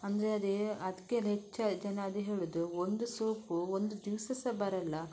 ಅಂದರೆ ಅದೇ ಅದಕ್ಕೆ ಹೆಚ್ಚು ಜನ ಅದೇ ಹೇಳುವುದು ಒಂದು ಸೋಪು ಒಂದು ದಿವಸ ಸಹ ಬರೋಲ್ಲ